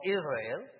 Israel